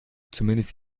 zumindest